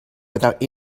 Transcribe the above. without